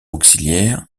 auxiliaire